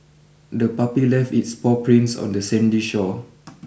the puppy left its paw prints on the sandy shore